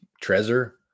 treasure